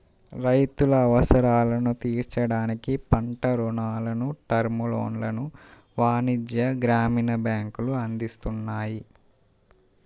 రైతుల అవసరాలను తీర్చడానికి పంట రుణాలను, టర్మ్ లోన్లను వాణిజ్య, గ్రామీణ బ్యాంకులు అందిస్తున్నాయి